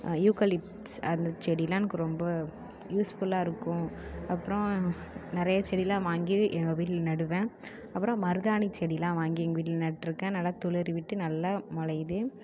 eucalyptus அந்த செடிலாம் எனக்கு ரொம்ப யூஸ்ஃபுல்லாக இருக்கும் அப்றம் நிறைய செடிலாம் வாங்கி எங்கள் வீட்டில் நடுவேன் அப்புறம் மருதாணி செடிலாம் வாங்கி எங்கள் வீட்டில் நட்டிருக்கேன் நல்லா துளிர் விட்டு நல்லா முளையிது